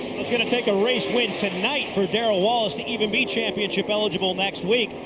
going to take a race win tonight for darrell wallace to even be championship eligible next week.